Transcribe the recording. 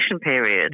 period